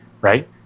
Right